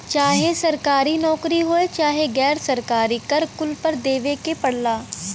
चाहे सरकारी नउकरी होये चाहे गैर सरकारी कर कुल पर देवे के पड़ला